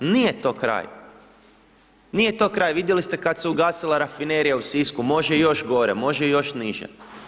Nije to kraj, nije to kraj, vidjeli ste kada se je ugasila rafinerija u Sisku, može još gore, može još niže.